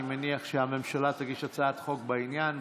אני מניח שהממשלה תגיש הצעת חוק בעניין,